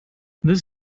this